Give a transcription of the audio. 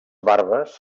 barbes